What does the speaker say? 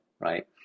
right